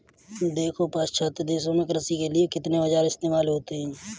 देखो पाश्चात्य देशों में कृषि के लिए कितने औजार इस्तेमाल होते हैं